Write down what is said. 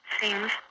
seems